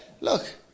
Look